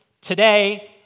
today